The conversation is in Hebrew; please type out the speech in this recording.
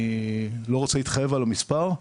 אני לא רוצה להתחייב על המספר,